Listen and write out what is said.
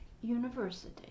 university